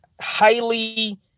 highly